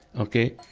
okay?